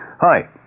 Hi